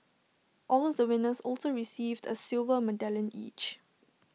all the winners also received A silver medallion each